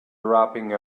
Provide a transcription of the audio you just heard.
dropping